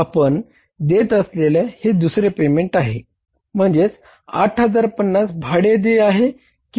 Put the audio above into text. आपण देत असलेले हे दुसरे पेमेंट आहे म्हणजे 8050 भाडे देय आहे किंवा त्या कंपनीचे देय आहे